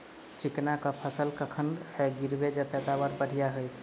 चिकना कऽ फसल कखन गिरैब जँ पैदावार बढ़िया होइत?